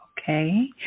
Okay